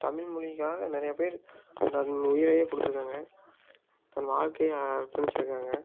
தமிழ் மொழிக்காக நிறையா பேர் தன் உயிரையே கொடுத்துருக்காங்க தன் வாழ்க்கைய அர்ப்பணிச்சுருக்காங்க